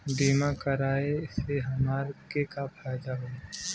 बीमा कराए से हमरा के का फायदा होई?